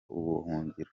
ubuhungiro